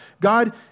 God